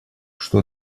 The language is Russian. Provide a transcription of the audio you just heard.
что